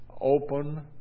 Open